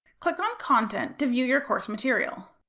click on content to view your course material.